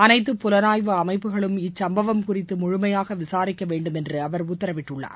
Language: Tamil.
அனைத்து புலனாய்வு அமைப்புகளும் இக்சம்பவம் குறித்து முழுமையாக விசாரிக்கவேண்டும் என்று அவர் உத்தரவிட்டுள்ளார்